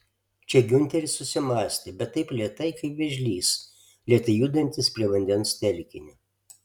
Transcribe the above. čia giunteris susimąstė bet taip lėtai kaip vėžlys lėtai judantis prie vandens telkinio